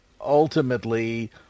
ultimately